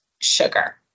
sugar